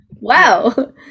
wow